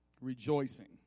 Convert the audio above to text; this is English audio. rejoicing